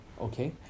okay